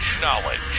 Knowledge